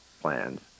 plans